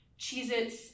Cheez-Its